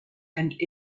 and